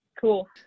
cool